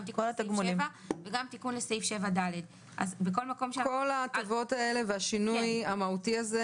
גם תיקון לסעיף 7 וגם תיקון לסעיף 7ד. כל ההטבות האלה והשינוי המהותי הזה.